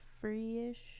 free-ish